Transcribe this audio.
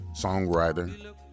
Songwriter